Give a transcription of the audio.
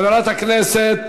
חברת הכנסת